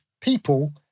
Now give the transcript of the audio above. people